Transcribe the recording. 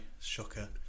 shocker